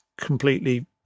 completely